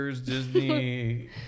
Disney